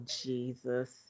Jesus